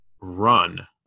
run